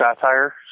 satire